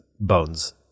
bones